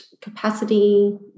capacity